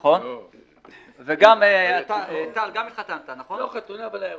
אבל אתה מייצג אותם,